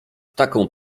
taką